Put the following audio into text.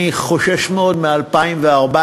אני חושש מאוד מ-2014.